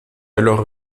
alors